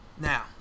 Now